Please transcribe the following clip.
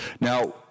Now